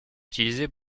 utilisé